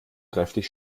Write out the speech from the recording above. kräftig